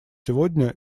сегодня